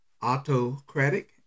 Autocratic